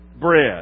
bread